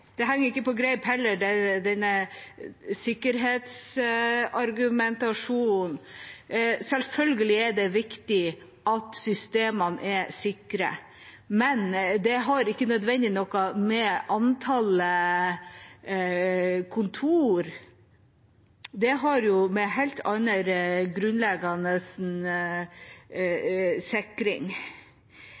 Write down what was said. sikkerhetsargumentasjonen henger heller ikke på greip. Selvfølgelig er det viktig at systemene er sikre, men det har ikke nødvendigvis noe med antallet kontor å gjøre, det har å gjøre med helt annen grunnleggende sikring.